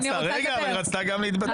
אני רוצה לדבר.